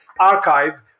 archive